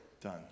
done